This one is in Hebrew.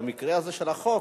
במקרה הזה של החוק,